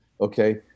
okay